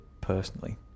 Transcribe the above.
personally